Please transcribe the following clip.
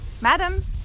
madam